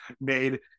made